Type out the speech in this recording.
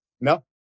no